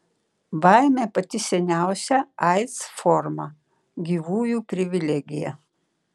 baimė pati seniausia aids forma gyvųjų privilegija